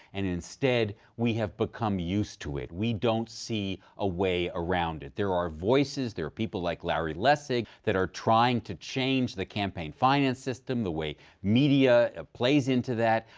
and instead, we have become used to it. we don't see a way around it. there are voices, there are people like larry lessig that are trying to change the campaign finance system, the way media ah plays into that.